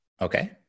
Okay